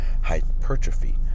hypertrophy